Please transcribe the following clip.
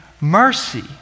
mercy